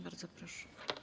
Bardzo proszę.